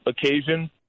occasion